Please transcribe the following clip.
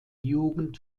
jugend